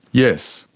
yes.